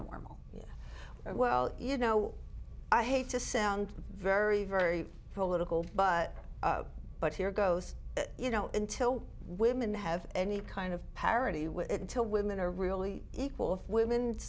normal well you know i hate to sound very very political but but here goes you know until women have any kind of parity with it until women are really equal if women's